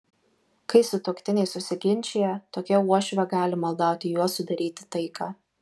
kai sutuoktiniai susiginčija tokia uošvė gali maldauti juos sudaryti taiką